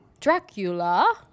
Dracula